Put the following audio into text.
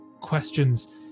questions